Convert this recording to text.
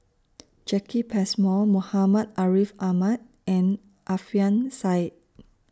Jacki Passmore Muhammad Ariff Ahmad and Alfian Sa'at